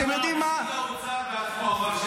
אתם יודעים מה --- נציג האוצר בעצמו אמר,